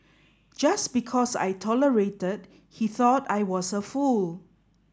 just because I tolerated he thought I was a fool